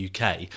UK